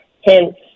hints